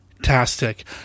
Fantastic